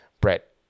Brett